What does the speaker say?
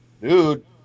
dude